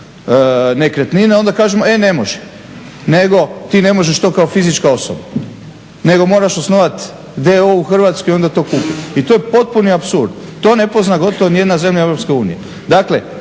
nekretnine onda kažemo e ne može, nego ti ne možeš to kao fizička osoba nego moraš osnovati d.o.o. u Hrvatskoj i to kupiti i to je potpuni apsurd, to ne pozna gotovo nijedna zemlja EU. Dakle